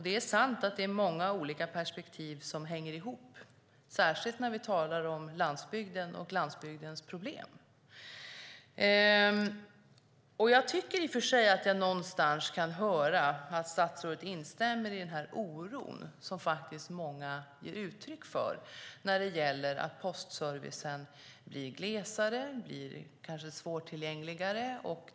Det är sant att det är många olika perspektiv som hänger ihop, särskilt när vi talar om landsbygden och landsbygdens problem. Jag tycker i och för sig att jag någonstans kan höra att statsrådet instämmer i den oro som många ger uttryck för när det gäller att postservicen blir sämre. Den blir kanske svårtillgängligare.